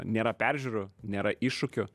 nėra peržiūrų nėra iššūkių